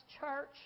church